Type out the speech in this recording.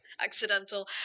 accidental